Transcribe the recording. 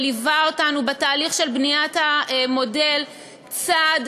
שליווה אותנו בתהליך של בניית המודל צעד